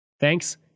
Thanks